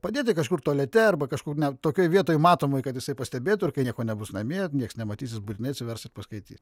padėti kažkur tualete arba kažkur ne tokioj vietoj matomoj kad jisai pastebėtų ir kai nieko nebus namie niekas nematys ir būtinai atsivers ir paskaitys